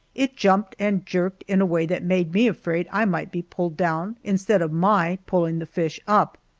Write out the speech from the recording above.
it jumped and jerked in a way that made me afraid i might be pulled down instead of my pulling the fish up,